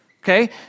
Okay